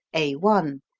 a one,